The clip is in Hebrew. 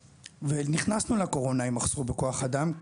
ונכנסנו לקורונה עם מחסור בכוח אדם,